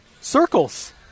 circles